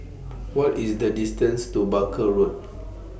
What IS The distance to Barker Road